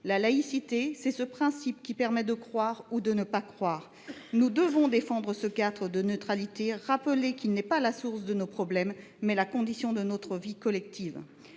La laïcité, c’est ce principe qui permet de croire ou de ne pas croire. Nous devons défendre ce cadre de neutralité et rappeler que, loin d’être la source de nos problèmes, il est au contraire la condition de notre vie collective.